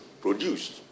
produced